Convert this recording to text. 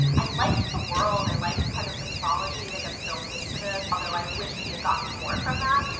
i liked the world, i liked kind of the mythology that gets built into this, although i wish we had gotten more from that.